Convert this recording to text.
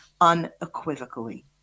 unequivocally